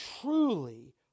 truly